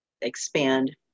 expand